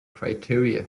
criteria